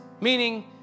meaning